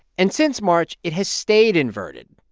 and since march, it has stayed inverted.